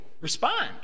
respond